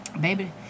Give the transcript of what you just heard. baby